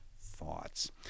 thoughts